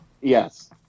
Yes